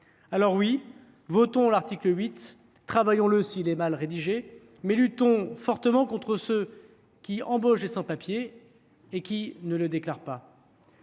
Votons pour l’article 8 ! Travaillons dessus, s’il est mal rédigé, mais luttons fortement contre ceux qui embauchent des sans papiers et qui ne le déclarent pas